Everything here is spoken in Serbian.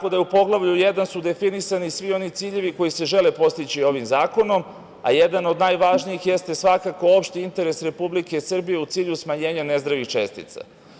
U poglavlju jedan su definisani svi oni ciljevi koji se žele postići ovim zakonom, a jedan od najvažnijih jeste svakako opšti interes Republike Srbije u cilju smanjenja nezdravih čestica.